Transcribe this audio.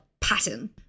pattern